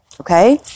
Okay